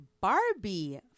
Barbie